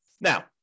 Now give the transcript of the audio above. Now